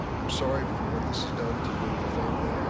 i'm sorry for what this has done to you and your family.